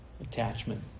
attachment